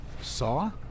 Saw